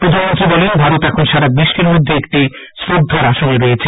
প্রধানমন্ত্রী বলেন ভারত এখন সারা বিশ্বের মধ্যে একটি শ্রদ্ধার আসনে রয়েছে